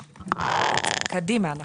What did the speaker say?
קדימה.